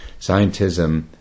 Scientism